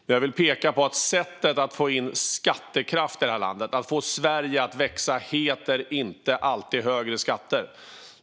Men jag vill peka på att sättet att få in skattekraft i detta land och att få Sverige att växa inte alltid handlar om högre skatter.